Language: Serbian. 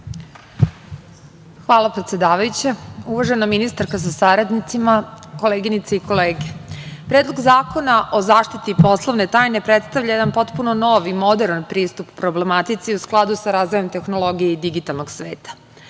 Hvala predsedavajuća. Uvažena ministarka sa saradnicima, koleginice i kolege, Predlog zakona o zaštiti poslovne tajne predstavlja jedan potpuni nov i moderan pristup problematici u skladu sa razvojem tehnologije i digitalnog